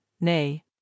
nay